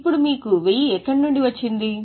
ఇప్పుడు మీకు 1000 ఎక్కడ నుండి వచ్చింది